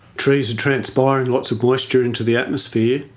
trees are transpiring lots of moisture into the atmosphere,